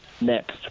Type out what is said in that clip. next